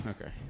Okay